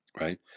right